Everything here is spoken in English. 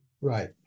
Right